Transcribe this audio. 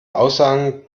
aussagen